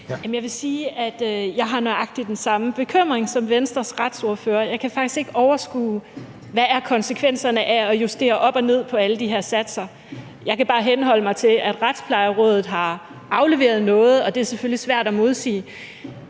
Jeg vil sige, at jeg har nøjagtig den samme bekymring som Venstres retsordfører. Jeg kan faktisk ikke overskue, hvad konsekvenserne er af at justere op og ned på alle de her satser. Jeg kan bare henholde mig til, at Retsplejerådet har afleveret noget, og det er selvfølgelig svært at modsige.